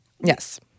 Yes